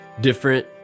different